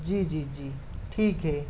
जी जी जी ठीक है